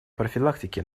профилактике